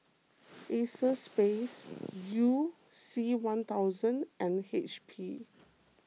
Acexspades you C one thousand and H P